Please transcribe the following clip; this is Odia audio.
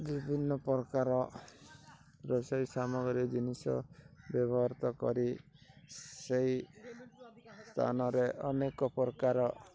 ବିଭିନ୍ନ ପ୍ରକାର ରୋଷେଇ ସାମଗ୍ରୀ ଜିନିଷ ବ୍ୟବହୃତ କରି ସେଇ ସ୍ଥାନରେ ଅନେକ ପ୍ରକାର